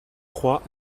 trois